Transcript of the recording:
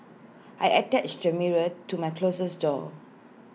I attached A mirror to my closet door